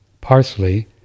Parsley